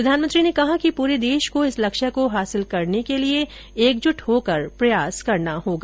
प्रधानमंत्री ने कहा कि पूरे देश को इस लक्ष्य को हासिल करने के लिए एकजुट होकर प्रयास करना होगा